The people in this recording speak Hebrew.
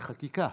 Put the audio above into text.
בחקיקה.